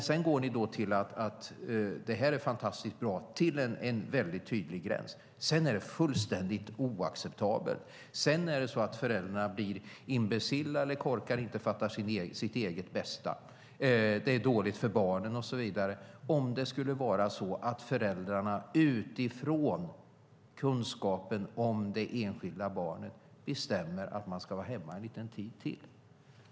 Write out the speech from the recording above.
Sedan går ni dock till att det här är fantastiskt bra - till en väldigt tydlig gräns, och därefter är det fullständigt oacceptabelt. Efter det är det så att föräldrarna blir imbecilla eller korkade och inte fattar sitt eget bästa. Det är dåligt för barnen och så vidare om det skulle vara så att föräldrarna utifrån kunskapen om det enskilda barnet bestämmer att man ska vara hemma en liten tid till.